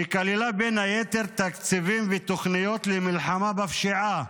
שכללה בין היתר תקציבים ותוכניות למלחמה בפשיעה